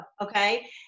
okay